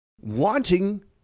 wanting